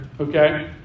okay